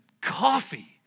coffee